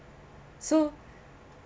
so